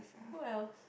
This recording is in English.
who else